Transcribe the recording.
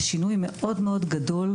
יש שינוי מאוד גדול,